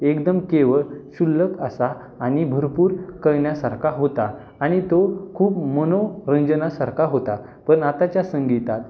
एकदम केवळ क्षुल्लक असा आणि भरपूर कळण्यासारखा होता आणि तो खूप मनोरंजनासारखा होता पण आताच्या संगीतात